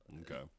okay